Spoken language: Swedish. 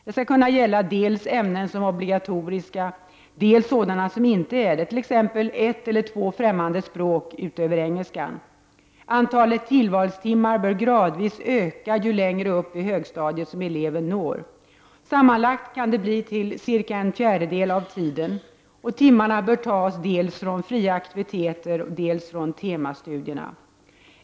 Det skall kunna gälla dels ämnen som är obligatoriska, dels sådana som inte är det, t.ex. ett eller två främmande språk utöver engelskan. Antalet tillvalstimmar bör gradvis öka ju längre upp i högstadiet ele ven når. Sammanlagt kan det bli cirka en fjärdedel av tiden, och timmarna bör tas dels från fria aktiviteter, dels från temastudierna.